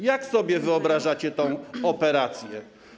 Jak sobie wyobrażacie tę operację?